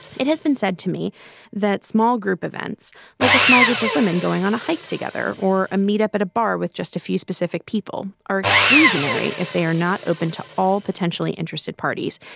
it has been said to me that small group events like a small group of women going on a hike together or a meet up at a bar with just a few specific people are exclusionary if they are not open to all potentially interested parties.